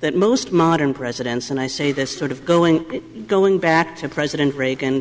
that most modern presidents and i say this sort of going going back to president reagan